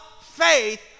faith